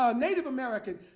um native american,